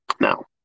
Now